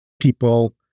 people